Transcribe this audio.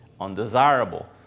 undesirable